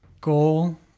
goal